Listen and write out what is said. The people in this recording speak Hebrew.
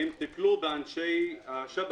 טיפלו באנשי השב"כ,